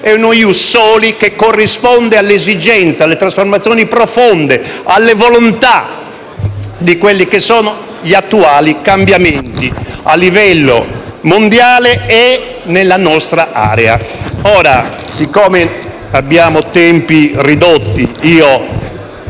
e uno *ius soli* che corrisponde alle esigenze, alle trasformazioni profonde, alle volontà di quelli che sono gli attuali cambiamenti a livello mondiale e nella nostra area. Siccome abbiamo tempi ridotti, mi